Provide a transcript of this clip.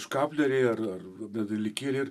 škaplerį ar ar medalikėlį ir